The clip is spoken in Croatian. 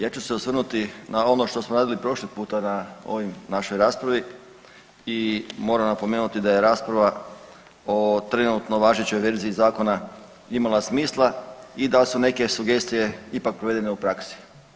Ja ću se osvrnuti na ono što smo radili prošli puta na ovoj našoj raspravi i moram napomenuti da je rasprava o trenutno važećoj verziji zakona imala smisla i da su neke sugestije ipak provedene u praksi.